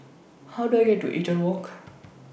How Do I get to Eaton Walk